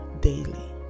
daily